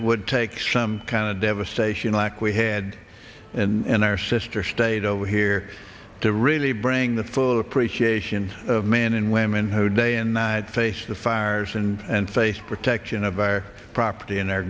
it would take some kind of devastation like we had and our sister state over here to really bring the full appreciation of men and women who day and night faced the fires and face protection of our property and